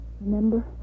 Remember